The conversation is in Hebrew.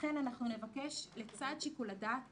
לכן אנחנו נבקש לצד שיקול הדעת